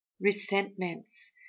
resentments